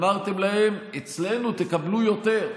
אמרתם להם: אצלנו תקבלו יותר,